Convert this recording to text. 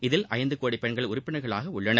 அதில் ஐந்து கோடி பெண்கள் உறுப்பினர்களாக உள்ளனர்